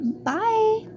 Bye